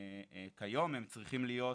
כיום הם צריכים להיות,